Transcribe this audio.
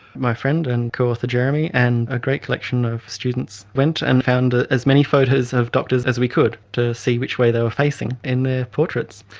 my friend and co-author jeremy and a great collection of students went and found ah as many photos of doctors as we could to see which way they were facing in their portraits.